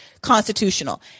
constitutional